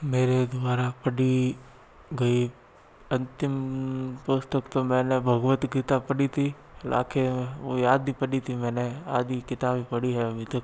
मेरे द्वारा पढ़ी गई अंतिम पुस्तक तो मैंने भगवत गीता पढ़ी थी लाके वह आधी पढ़ी थी मैंने आधी किताब पढ़ी है अभी तक